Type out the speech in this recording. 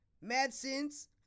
medicines